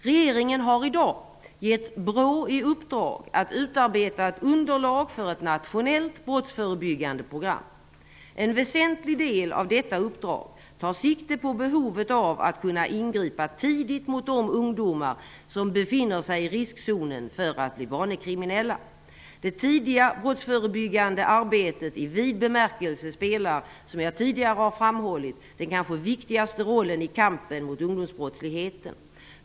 Regeringen har i dag gett BRÅ i uppdrag att utarbeta ett underlag för ett nationellt brottsförebyggande program. En väsentlig del av detta uppdrag tar sikte på behovet av att kunna ingripa tidigt mot de ungdomar som befinner sig i riskzonen för att bli vanekriminella. Det tidiga brottsförebyggande arbetet i vid bemärkelse spelar, som jag tidigare har framhållit, den kanske viktigaste rollen i kampen mot ungdomsbrottsligheten.